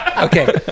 Okay